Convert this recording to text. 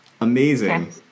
Amazing